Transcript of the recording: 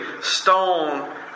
stone